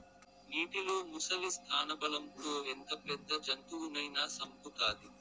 నీటిలో ముసలి స్థానబలం తో ఎంత పెద్ద జంతువునైనా సంపుతాది